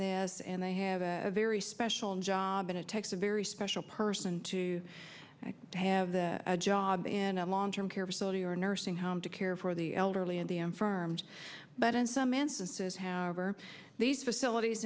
this and they have a very special job and it takes a very special person to have a job in a long term care facility or a nursing home to care for the elderly and the infirmed but in some instances have over these facilities